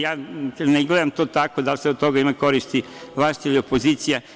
Ja ne gledam to tako da li će od toga imati koristi vlast ili opozicija.